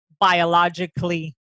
biologically